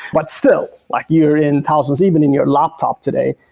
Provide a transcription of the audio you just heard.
but still, like you're in thousands. even in your laptop today,